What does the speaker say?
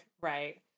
right